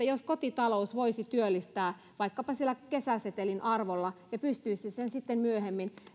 jos kotitalous voisi työllistää vaikkapa sillä kesäsetelin arvolla ja pystyisi sen sitten myöhemmin